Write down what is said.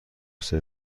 سرو